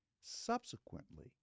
subsequently